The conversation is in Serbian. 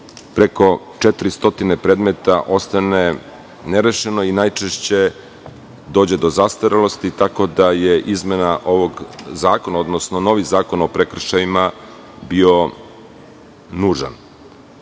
preko 400 predmeta ostane nerešeno i najčešće dođe do zastarelosti, tako da je izmena ovog zakona, odnosno novi zakon o prekršajima bio nužan.U